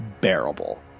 bearable